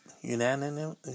unanimous